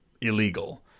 illegal